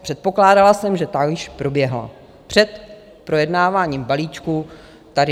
Předpokládala jsem, že ta již proběhla před projednáváním balíčku tady na plénu.